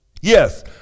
Yes